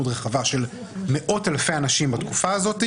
רחבה של מאות אלפי אנשים בתקופה הזאת,